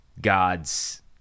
God's